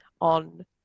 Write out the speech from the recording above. on